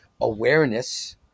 awareness